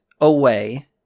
away